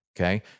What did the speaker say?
Okay